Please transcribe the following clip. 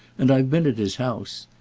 and i've been at his house.